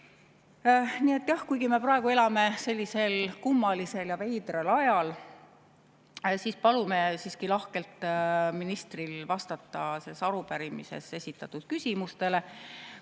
Nii et jah, kuigi me praegu elame sellisel kummalisel ja veidral ajal, palume siiski ministril lahkelt vastata selles arupärimises esitatud küsimustele,